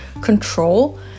control